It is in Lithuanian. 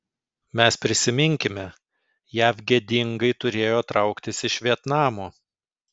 mes prisiminkime jav gėdingai turėjo trauktis iš vietnamo